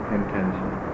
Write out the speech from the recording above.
intention